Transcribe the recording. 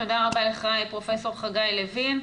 תודה רבה לך, פרופ' חגי לוין.